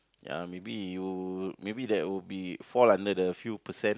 ya maybe you maybe that will be fall under the few percent